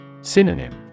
Synonym